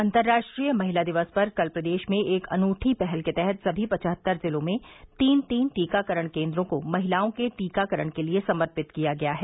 अन्तर्राष्ट्रीय महिला दिवस पर कल प्रदेश में एक अनूठी पहल के तहत सभी पचहत्तर जिलों में तीन तीन टीकाकरण केंद्रों को महिलाओं के टीकाकरण के लिए समर्पित किया गया है